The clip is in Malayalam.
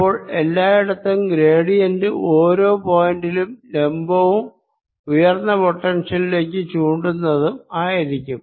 അപ്പോൾ എല്ലായിടത്തും ഗ്രേഡിയന്റ് ഓരോ പോയിന്റിലും ലംബവും ഉയർന്ന പൊട്ടൻഷ്യലിലേക്ക് ചൂണ്ടുന്നതും ആയിരിക്കും